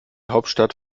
hauptstadt